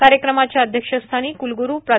कार्यक्रमाच्या अध्यक्षस्थनी क्लग्रू प्रा